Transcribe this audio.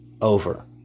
over